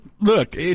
look